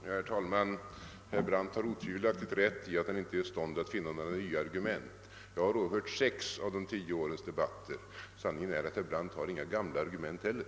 Herr talman! Herr Brandt har otvivelaktigt rätt i att han inte är i stånd att finna några nya argument. Jag har åhört sex av tio årens debatter. Sanningen är att herr Brandt inte har några gamla argument heller.